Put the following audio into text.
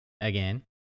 again